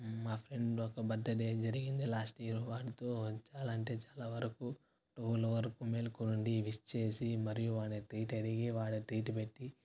మా ఫ్రెండ్ యొక్క బర్తడే జరిగింది లాస్ట్ ఇయరు వాడితో చాలా అంటే చాలా వరకు ట్యువల్ వరకు మేల్కోనుండి విష్ చేసి మరియు వాన్ని ట్రీట్ అడిగి మరియు వాడు ట్రీట్ పెట్టి